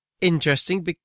interesting